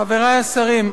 תודה רבה, חברי השרים,